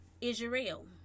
Israel